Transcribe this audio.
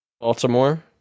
Baltimore